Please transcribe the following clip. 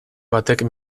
batek